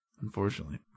unfortunately